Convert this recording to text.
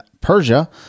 Persia